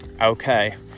Okay